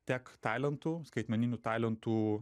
tiek talentų skaitmeninių talentų